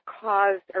caused